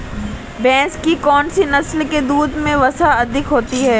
भैंस की कौनसी नस्ल के दूध में वसा अधिक होती है?